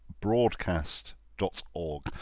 broadcast.org